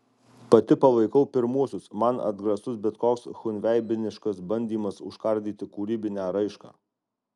pati palaikau pirmuosius man atgrasus bet koks chunveibiniškas bandymas užkardyti kūrybinę raišką